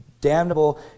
damnable